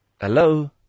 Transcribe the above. Hello